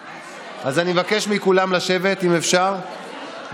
לטובת אזרחי מדינת ישראל,